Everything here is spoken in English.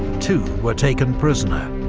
two were taken prisoner,